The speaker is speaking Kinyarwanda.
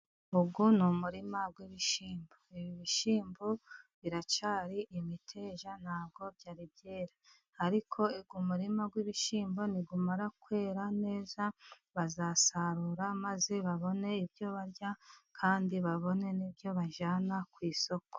Uyu ni umurima w’ibishyimbo. Ibi bishyimbo biracyari imiteja ntabwo byari byera. Ariko umurima w'ibishyimbo numara kwera neza， bazasarura， maze babone ibyo barya，kandi babone n'ibyo bajyana ku isoko.